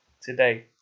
today